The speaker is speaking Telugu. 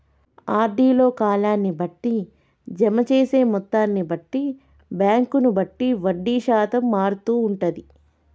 ఆర్డీ లో కాలాన్ని బట్టి, జమ చేసే మొత్తాన్ని బట్టి, బ్యాంకును బట్టి వడ్డీ శాతం మారుతూ ఉంటది